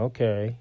Okay